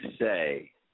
say